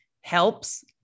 helps